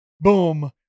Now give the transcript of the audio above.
boom